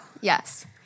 Yes